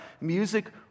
Music